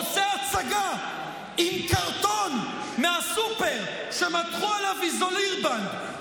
עושה הצגה עם קרטון מהסופר שמתחו עליו איזולירבנד,